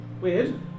Weird